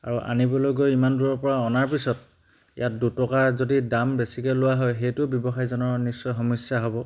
আৰু আনিবলৈ গৈ ইমান দূৰৰ পৰা অনাৰ পিছত ইয়াত দুটকা যদি দাম বেছিকৈ লোৱা হয় সেইটো ব্যৱসায়জনৰ নিশ্চয় সমস্যা হ'ব